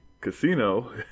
casino